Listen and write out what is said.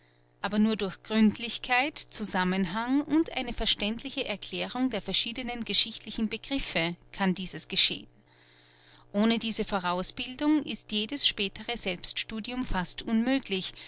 aber nur durch gründlichkeit zusammenhang und eine verständliche erklärung der verschiedenen geschichtlichen begriffe kann dieses geschehen ohne diese vorausbildung ist jedes spätere selbststudium fast unmöglich